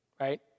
right